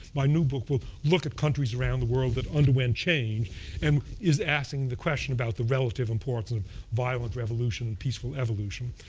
my a new book will look at countries around the world that underwent change, and is asking the question about the relative importance of violent revolution and peaceful evolution.